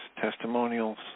testimonials